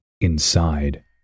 inside